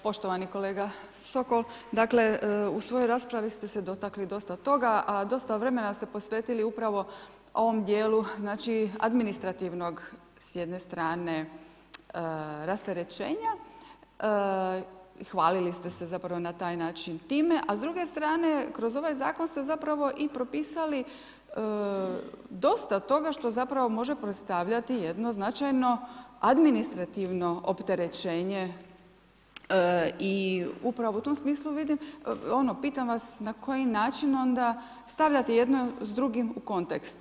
Poštovani kolega Sokol, dakle u svojoj raspravi ste se dotakli dosta toga, a dosta vremena ste posvetili upravo ovom djelu administrativnog, s jedne strane rasterećenja, hvalili ste se na taj način time, a s druge strane kroz ovaj zakon ste zapravo i propisali dosta toga što zapravo može predstavljati jedno značajno administrativno opterećenje i upravo u tom smislu pitam vas na koji način onda stavljate jedno s drugim u kontekst?